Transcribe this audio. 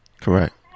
correct